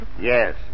Yes